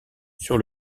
sur